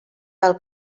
del